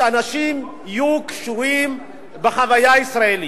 שאנשים יהיו קשורים בחוויה הישראלית?